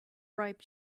ripe